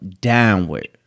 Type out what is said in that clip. downward